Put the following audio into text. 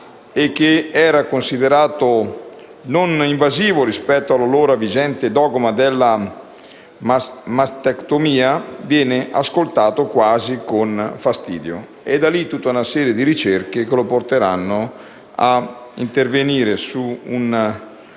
tumorale, considerato non invasivo rispetto all'allora vigente dogma della mastectomia) viene ascoltato quasi con fastidio. Da lì tutta una serie di ricerche che lo porteranno a intervenire su un